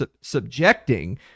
subjecting